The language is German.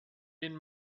den